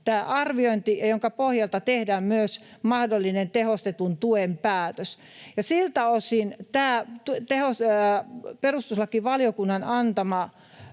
tämä arviointi ja jonka pohjalta tehdään myös mahdollinen tehostetun tuen päätös. Siltä osin tämä perustuslakivaliokunnan antama